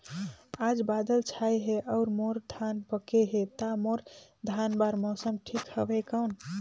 आज बादल छाय हे अउर मोर धान पके हे ता मोर धान बार मौसम ठीक हवय कौन?